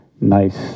Nice